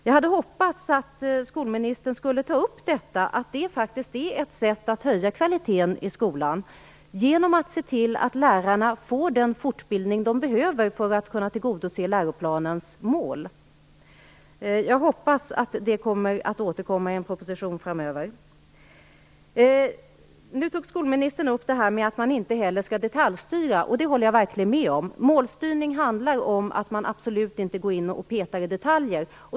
Jag hade hoppats att skolministern skulle ta upp detta, att ett sätt att höja kvaliteten i skolan är att se till att lärarna får den fortbildning de behöver för att kunna tillgodose läroplanens mål. Jag hoppas att denna fråga återkommer i en proposition framöver. Skolministern sade att man inte skall detaljstyra, och det håller jag verkligen med om. Målstyrning handlar om att man absolut inte går in och petar i detaljer.